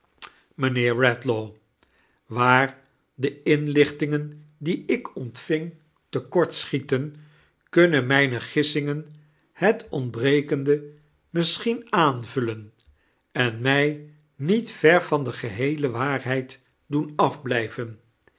redlaw waar de inlichtingen die ik ontving te kort scliieten kunnen mijiie gissingen het ontbrekende misschien aanvullen en mij niet ver van de geheele waarheid doen